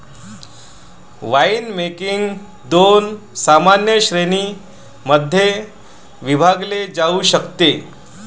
winemaking दोन सामान्य श्रेणीं मध्ये विभागले जाऊ शकते